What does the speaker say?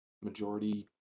majority